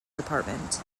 department